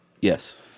Yes